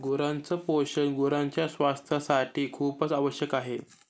गुरांच पोषण गुरांच्या स्वास्थासाठी खूपच आवश्यक आहे